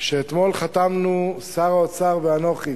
שאתמול חתמנו, שר האוצר ואנוכי,